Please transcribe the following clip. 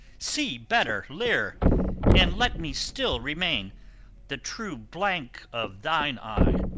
see better, lear and let me still remain the true blank of thine eye.